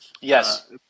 Yes